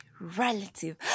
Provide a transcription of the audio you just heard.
relative